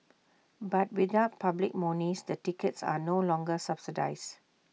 but without public monies the tickets are no longer subsidised